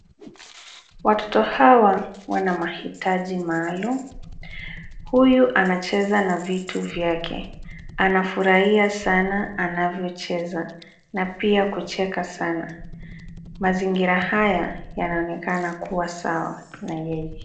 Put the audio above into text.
Watoto hawa wana mahitaji maalum. Huyu anacheza na vitu vyake. Anafurahia sana anavyocheza, na pia kucheka sana. Mazingira haya yanaonekana kuwa sawa na yeye.